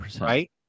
right